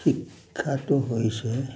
শিক্ষাটো হৈছে